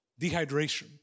Dehydration